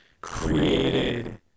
created